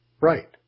right